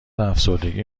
افسردگی